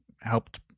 helped